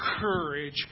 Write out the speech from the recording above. courage